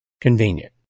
convenient